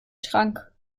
schrank